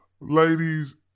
ladies